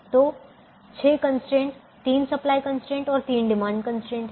तो 6 कंस्ट्रेंट तीन supply constraint और तीन डिमांड कंस्ट्रेंट हैं